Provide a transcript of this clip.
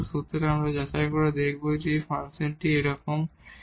সুতরাং আমরা যাচাই করে দেখব যে আমরা এইরকম একটি A